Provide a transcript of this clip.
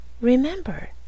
Remember